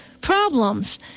problems